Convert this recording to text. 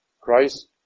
Christ